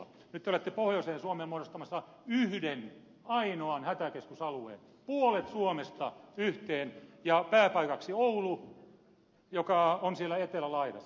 nyt te olette pohjoiseen suomeen muodostamassa yhden ainoan hätäkeskusalueen puolet suomesta yhteen ja pääpaikaksi oulu joka on siellä etelälaidassa